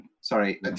sorry